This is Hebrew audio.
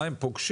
לא הבנתי.